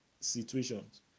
situations